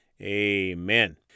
amen